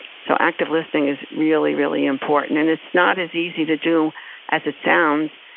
so active listing is really, really important. and it's not as easy to do as it sounds,